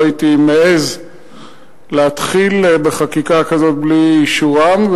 לא הייתי מעז להתחיל בחקיקה כזאת בלי אישורם,